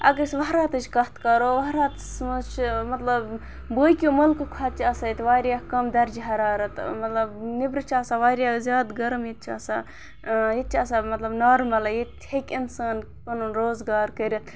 اگر أسۍ وَہراتٕچ کَتھ کَرو وَہراتَس منٛز چھِ مطلب باقٕیو مُلکو کھۄتہٕ چھِ آسان ییٚتہِ واریاہ کَم دَرجہِ حرارَت مطلب نٮ۪برٕ چھِ آسان واریاہ زیادٕ گَرَم ییٚتہِ چھِ آسان ییٚتہِ چھِ آسان مطلب نارمَلٕے ییٚتہِ ہیٚکہِ اِنسان پَنُن روزگار کٔرِتھ